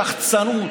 בשחצנות,